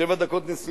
שבע דקות נסיעה,